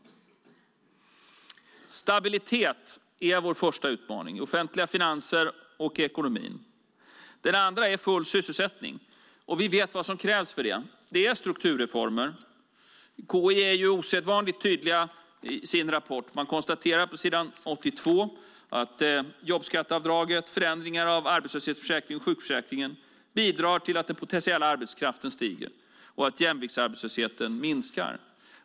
Stabilitet är vår första utmaning, i offentliga finanser och i ekonomin. Den andra utmaningen är full sysselsättning. Vi vet vad som krävs för det: Det är strukturreformer. KI är osedvanligt tydlig i sin rapport. Man konstaterar på s. 82 att jobbskatteavdraget, förändringar av arbetslöshetsförsäkringen och sjukförsäkringen bidrar till att den potentiella arbetskraften stiger och att jämviktsarbetslösheten minskar.